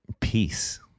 peace